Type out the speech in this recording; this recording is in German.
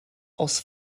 aus